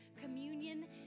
communion